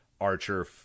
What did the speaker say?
Archer